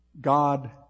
God